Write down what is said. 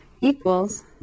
equals